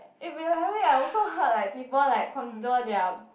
eh by the way I also heard like people like contour their